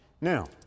Now